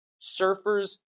surfers